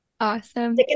Awesome